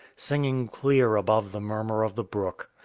singing clear above the murmur of the brook.